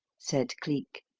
said cleek.